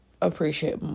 appreciate